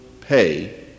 pay